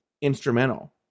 instrumental